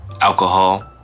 alcohol